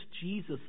Jesus